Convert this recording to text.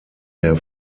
der